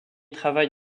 travail